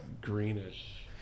greenish